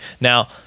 Now